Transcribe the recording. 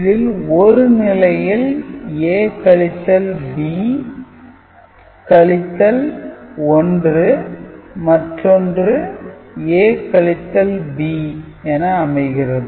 இதில் ஒரு நிலையில் A கழித்தல் B கழித்தல் 1 மற்றொன்று A கழித்தல் B என அமைகிறது